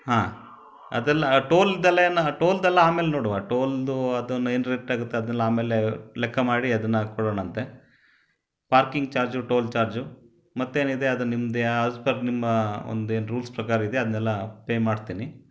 ಹಾಂ ಅದೆಲ್ಲ ಟೋಲ್ದೆಲ್ಲ ಏನು ಟೋಲ್ದೆಲ್ಲ ಆಮೇಲೆ ನೋಡುವ ಟೋಲ್ದು ಅದನ್ನ ಏನು ರೇಟಾಗುತ್ತೆ ಅದೆಲ್ಲ ಆಮೇಲೆ ಲೆಕ್ಕ ಮಾಡಿ ಅದನ್ನ ಕೊಡೋಣಾಂತೆ ಪಾರ್ಕಿಂಗ್ ಚಾರ್ಜು ಟೋಲ್ ಚಾರ್ಜು ಮತ್ತೇನಿದೆ ಅದು ನಿಮ್ದು ಆ್ಯಸ್ ಪರ್ ನಿಮ್ಮ ಒಂದು ಏನು ರೂಲ್ಸ್ ಪ್ರಕಾರಿದೆ ಅದನ್ನೆಲ್ಲ ಪೇ ಮಾಡ್ತೀನಿ